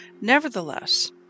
Nevertheless